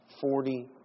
forty